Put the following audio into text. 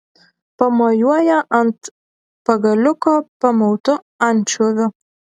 pamojuoja ant pagaliuko pamautu ančiuviu